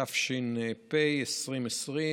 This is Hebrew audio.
התש"ף 2020,